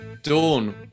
Dawn